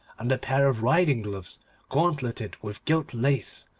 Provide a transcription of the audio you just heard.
and a pair of riding-gloves gauntleted with gilt lace,